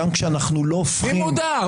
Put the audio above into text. גם כשאנחנו לא הופכים --- מי מודר?